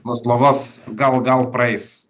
nuo slogos gal gal praeis